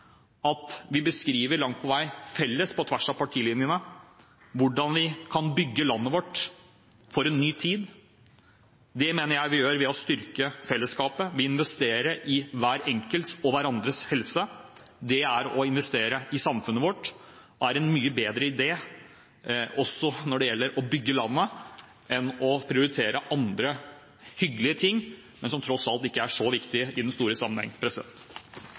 at vi langt på vei beskriver, på tvers av partilinjene, hvordan vi kan bygge landet vårt for en ny tid. Det mener jeg vi gjør ved å styrke fellesskapet. Å investere i hver enkelt og hverandres helse er å investere i samfunnet vårt. Det er en mye bedre idé å bygge landet enn å prioritere andre hyggelige ting, som tross alt ikke er så viktig i den store